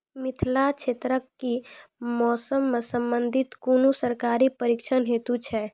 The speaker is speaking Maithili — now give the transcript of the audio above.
मिथिला क्षेत्रक कि मौसम से संबंधित कुनू सरकारी प्रशिक्षण हेतु छै?